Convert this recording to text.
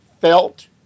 Felt